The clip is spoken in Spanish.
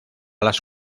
las